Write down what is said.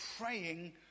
praying